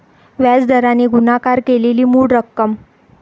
व्याज दराने गुणाकार केलेली मूळ रक्कम